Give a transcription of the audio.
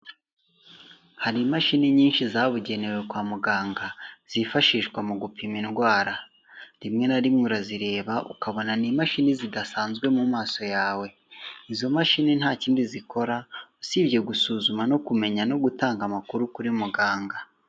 Hari imashini nyinshi zabugenewe kwa muganga zifashishwa mu gupima indwara, rimwe na rimwe urazireba ukabona n'imashini zidasanzwe mu maso yawe, izo mashini nta kindi zikora usibye gusuzuma no kumenya no gutanga amakuru kuri muganga.